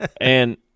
and-